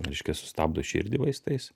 reiškia sustabdo širdį vaistais